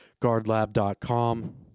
GuardLab.com